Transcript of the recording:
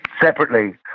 separately